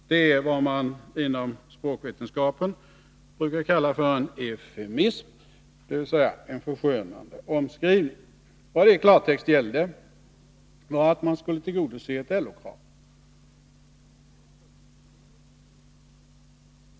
Det är vad man inom språkvetenskapen brukar kalla en eufemism, dvs. en förskönande omskrivning. Vad det i klartext gällde var att man skulle tillgodose ett LO-krav.